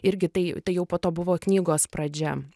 irgi tai tai jau po to buvo knygos pradžia